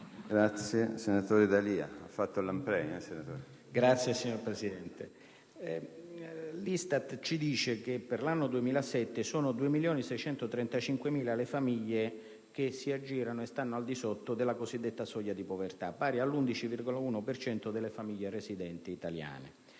Presidente, l'ISTAT afferma che per l'anno 2007 sono 2.635.000 le famiglie che si aggirano o stanno al di sotto della cosiddetta soglia di povertà, pari all'11,1 per cento delle famiglie residenti italiane.